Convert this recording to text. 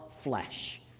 flesh